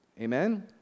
Amen